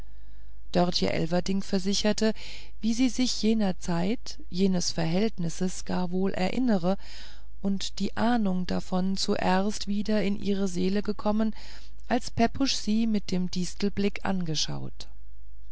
dörtje elverdink versicherte wie sie sich jener zeit jenes verhältnisses gar wohl erinnere und die ahnung davon zuerst wieder in ihre seele gekommen als pepusch sie mit dem distelblick angeschaut